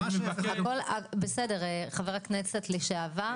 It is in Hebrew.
איזה מדינות מחסנים ילדים